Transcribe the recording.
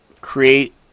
create